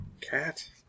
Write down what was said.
cat